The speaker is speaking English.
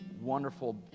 wonderful